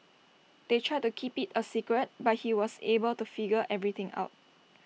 they tried keep IT A secret but he was able to figure everything out